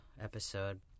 episode